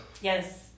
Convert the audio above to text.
Yes